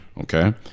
okay